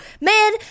man